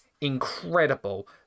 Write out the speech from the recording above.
incredible